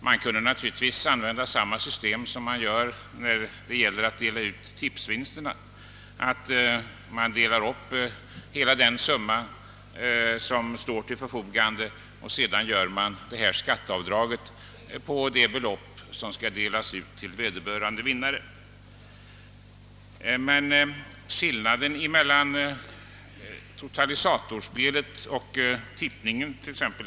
Man kunde naturligtvis använda samma system som används när det gäller utdelning av tipsvinster, nämligen att dela upp hela den summa som står till förfogande och därefter görå skatteavdrag på det belopp som. delas ut till vederbörande vinnare. Det är skillnad på t.ex. totalisatorspel och tippning.